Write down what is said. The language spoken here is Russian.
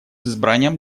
избранием